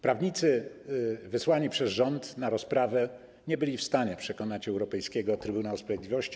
Prawnicy wysłani przez rząd na rozprawę nie byli w stanie przekonać Europejskiego Trybunału Sprawiedliwości.